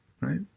right